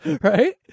Right